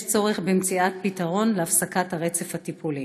יש צורך במציאת פתרון להפסקת הרצף הטיפולי.